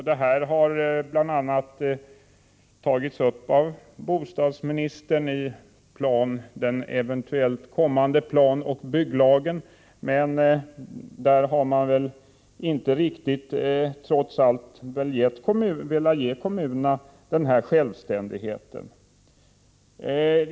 Detta tas upp av bostadsministern i den eventuellt kommande planoch bygglagen. Men där har man väl inte riktigt velat ge kommunerna denna självständighet.